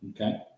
Okay